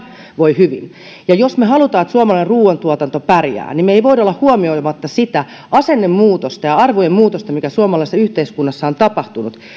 voi hyvin jos me haluamme että suomalainen ruuantuotanto pärjää niin me emme voi olla huomioimatta sitä asennemuutosta ja ja arvojen muutosta mikä suomalaisessa yhteiskunnassa on tapahtunut